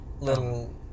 Little